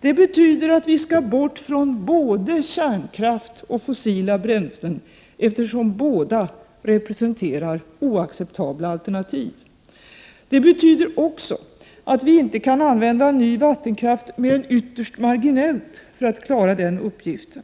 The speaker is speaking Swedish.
Det betyder att vi skall bort från både kärnkraft och fossila bränslen, eftersom båda energislagen representerar oacceptabla alternativ. Det betyder också att vi inte kan använda ny vattenkraft mer än ytterst marginellt för att klara den uppgiften.